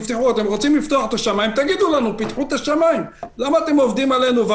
אתם רוצים לפתוח את השמיים לגמרי אז תגידו לנו לעשות זאת.